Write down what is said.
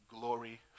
glory